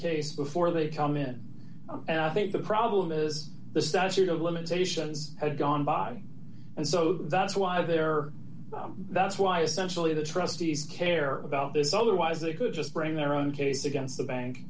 case before they come in i think the problem is the statute of limitations has gone by and so that's why they're that's why essentially the trustees care about this otherwise they could just bring their own case against the bank